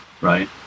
Right